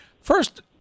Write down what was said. First